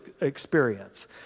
experience